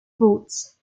votes